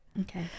Okay